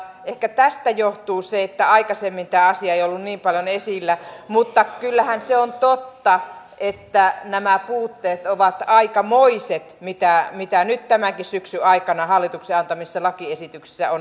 ehkä tästä johtuu se että aikaisemmin tämä asia ei ollut niin paljon esillä mutta kyllähän se on totta että nämä puutteet ovat aikamoiset mitä nyt tämänkin syksyn aikana hallituksen antamissa lakiesityksissä on havaittu